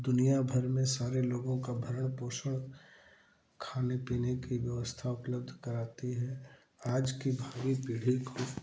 दुनिया भर में सारे लोगों का भरण पोषण खाने पीने की व्यवस्था उपलब्ध कराती है आज की भावी पीढ़ी को